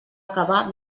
acabar